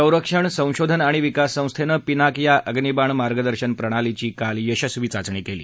संरक्षण संशोधन आणि विकास संस्थेनं पिनाक या अग्निबाण मार्गदर्शन प्रणालीची काल यशस्वी चाचणी केली